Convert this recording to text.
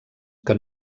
que